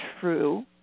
true